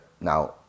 now